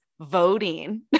voting